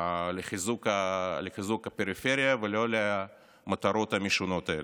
לחיזוק הפריפריה ולא למטרות המשונות האלה,